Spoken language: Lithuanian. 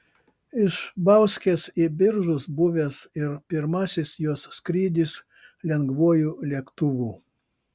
iš bauskės į biržus buvęs ir pirmasis jos skrydis lengvuoju lėktuvu